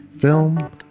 film